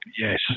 yes